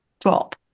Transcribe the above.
drop